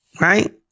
Right